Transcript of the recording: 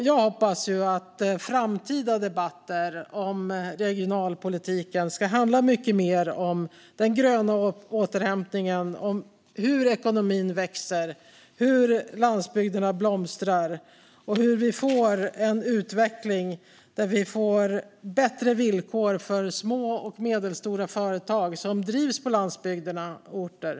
Jag hoppas att framtida debatter om regionalpolitiken ska handla mycket mer om den gröna återhämtningen, om hur ekonomin växer, hur landsbygderna blomstrar och hur vi får en utveckling med bättre villkor för små och medelstora företag som drivs på landsbygderna och på små orter.